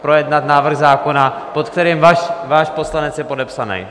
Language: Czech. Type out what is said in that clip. Projednat návrh zákona, pod kterým váš poslanec je podepsaný?